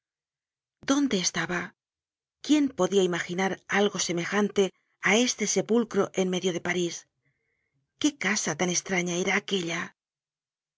dónde estaba quién podia imaginar algo semejante á este sepulcro en medio de parís qué casa tan estraña era aquella